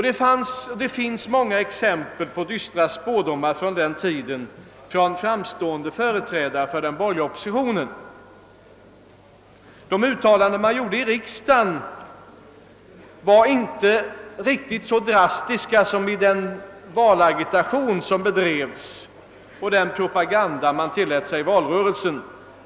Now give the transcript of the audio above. Det finns många exempel på dystra spådomar från den tiden av framstående företrädare för den borgerliga oppositionen. De uttalanden som gjordes i riksdagen var inte riktigt så drastiska som i den valagitation som bedrevs och den propaganda man tillät sig att göra i valrörelsen.